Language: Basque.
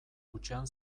hutsean